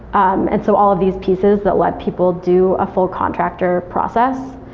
um and so all of these pieces that let people do a full contractor process.